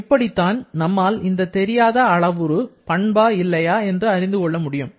இப்படித்தான் நம்மால் இந்த தெரியாத அளவுரு பண்பா இல்லையா என்று அறிந்து கொள்ள முடியும்